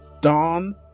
Dawn